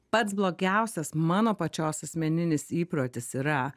pats blogiausias mano pačios asmeninis įprotis yra